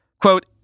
Quote